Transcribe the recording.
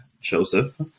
Joseph